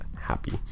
happy